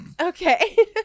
Okay